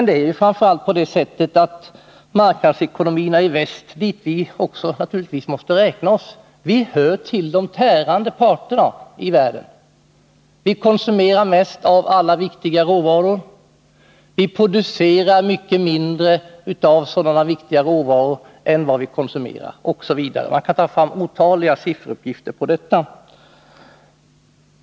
Det är framför allt på det sättet att marknadsekonomierna i väst, dit vi naturligtvis måste räkna oss, hör till den tärande parten i världen. Vi konsumerar mest av alla viktiga råvaror. Vi producerar mycket mindre av sådana viktiga råvaror än vad vi konsumerar. Man kan ta fram otaliga sifferuppgifter på detta.